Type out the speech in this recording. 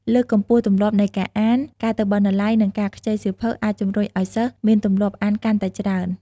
លើកកម្ពស់ទម្លាប់នៃការអាន: ការទៅបណ្ណាល័យ និងការខ្ចីសៀវភៅអាចជំរុញឱ្យសិស្សមានទម្លាប់អានកាន់តែច្រើន។